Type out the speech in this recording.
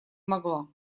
могла